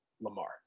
Lamar